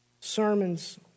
Sermons